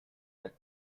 that